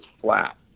flat